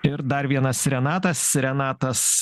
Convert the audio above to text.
ir dar vienas renatas renatas